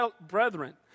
brethren